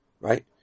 right